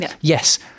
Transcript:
Yes